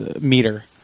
meter